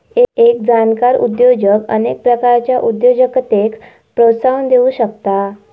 एक जाणकार उद्योजक अनेक प्रकारच्या उद्योजकतेक प्रोत्साहन देउ शकता